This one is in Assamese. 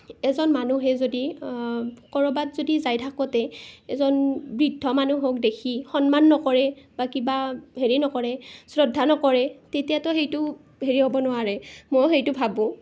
এজন মানুহে যদি ক'ৰবাত যদি যাই থাকোঁতে এজন বৃদ্ধ মানূহক দেখি সন্মান নকৰে বা কিবা হেৰি নকৰে শ্ৰদ্ধা নকৰে তেতিয়াটো সেইটো হেৰি হ'ব নোৱাৰে মই সেইটো ভাবোঁ